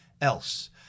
else